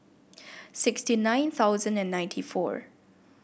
sixty nine thousand and ninety four